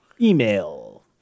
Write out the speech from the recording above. email